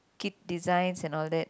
kit designs and all that